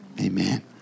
Amen